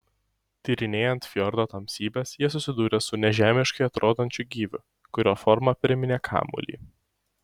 tyrinėjant fjordo tamsybes jie susidūrė su nežemiškai atrodančiu gyviu kurio forma priminė kamuolį